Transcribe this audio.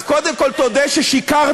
אז קודם כול תודה ששיקרת,